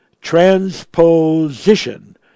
transposition